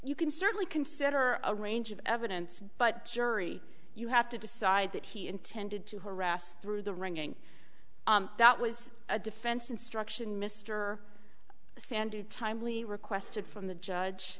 you can certainly consider a range of evidence but jury you have to decide that he intended to harass through the ringing that was a defense instruction mr sanders timely requested from the judge